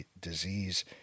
disease